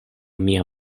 mia